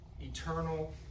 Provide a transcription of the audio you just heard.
eternal